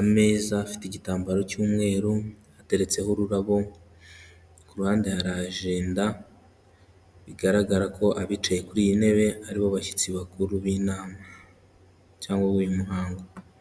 ameza afite igitambaro cy'umweru, ateretseho ururabo ku ruhande hari ajenda bigaragara ko abicaye kuri iyi ntebe aribo bashyitsi bakuru b'inama cyangwa abayoboye muhango.